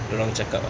dorang cakap ah